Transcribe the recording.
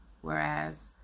Whereas